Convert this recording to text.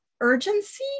urgency